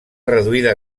reduïda